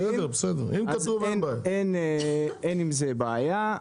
אז אין עם זה בעיה,